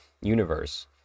universe